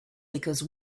because